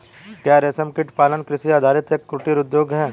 क्या रेशमकीट पालन कृषि आधारित एक कुटीर उद्योग है?